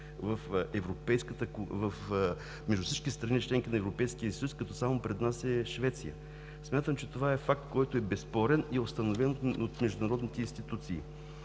между всички страни – членки на Европейския съюз, като пред нас е само Швеция. Смятам, че това е факт, който е безспорен и е установен от международните институции.